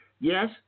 Yes